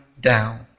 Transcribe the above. down